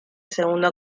segundo